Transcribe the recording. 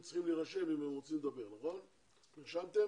אם הם רוצים לדבר, צריכים להירשם.